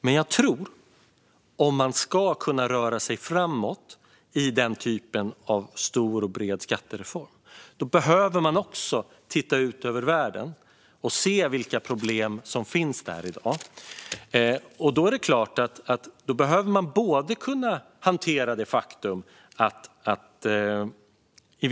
Men om man ska kunna röra sig framåt i en sådan stor och bred skattereform tror jag att man också behöver titta ut över världen för att se vilka problem som finns där i dag. Då måste man kunna hantera att det i vissa avseenden säkert behövs sänkta skatter.